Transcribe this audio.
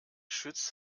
schütz